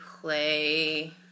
play